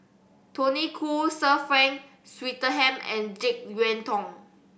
Tony Khoo Sir Frank Swettenham and Jek Yeun Thong